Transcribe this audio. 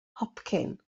hopcyn